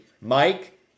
Mike